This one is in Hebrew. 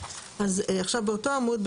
באותו עמוד,